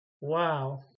Wow